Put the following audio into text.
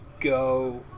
go